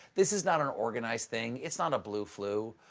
this is not an organized thing, it's not a blue flu.